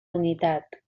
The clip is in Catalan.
unitat